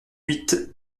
huit